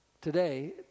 Today